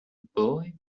boy